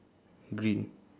green